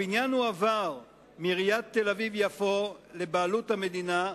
הבניין הועבר מעיריית תל-אביב יפו לבעלות המדינה,